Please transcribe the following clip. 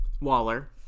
Waller